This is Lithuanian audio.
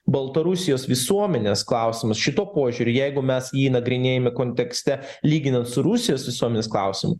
baltarusijos visuomenės klausimus šituo požiūriu jeigu mes jį nagrinėjame kontekste lyginant su rusijos visuomenės klausimu